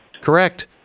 Correct